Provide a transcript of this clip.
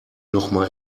nochmal